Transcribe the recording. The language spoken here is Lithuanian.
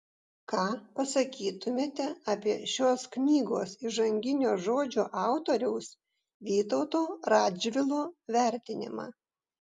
ką pasakytumėte apie šios knygos įžanginio žodžio autoriaus vytauto radžvilo vertinimą